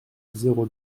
zéro